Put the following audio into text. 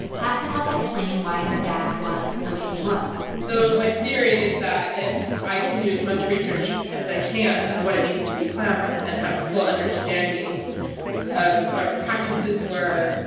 that could help explain why her dad was the way he was so my theory is that if i can do as much research as i can on what it means to be klamath and have a full understanding of what our practices were,